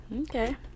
okay